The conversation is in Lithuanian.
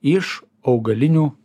iš augalinių